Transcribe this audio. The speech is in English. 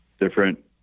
different